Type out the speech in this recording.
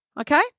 okay